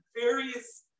various